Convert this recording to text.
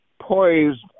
poised